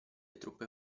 truppe